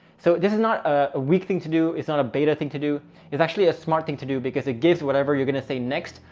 so this is not a weak thing to do. it's not a beta thing to do is actually a smart thing to do because it gives you whatever you're going to say next.